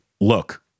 Look